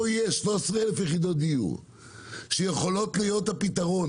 פה יש 13,000 יחידות דיור שיכולות להיות הפתרון.